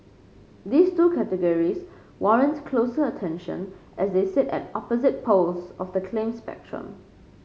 these two categories warrant closer attention as they sit at opposite poles of the claim spectrum